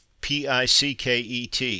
PICKET